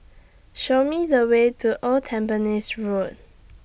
Show Me The Way to Old Tampines Road